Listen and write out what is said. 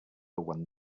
one